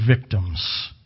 victims